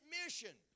mission